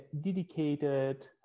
dedicated